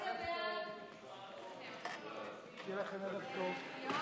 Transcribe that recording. ההצעה להעביר את הצעת חוק הדואר (תיקון מס' 13),